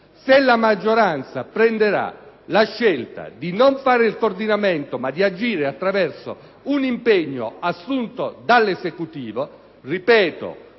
Se la maggioranza sceglierà di non fare il coordinamento, ma di agire attraverso un impegno assunto dall'Esecutivo - ripeto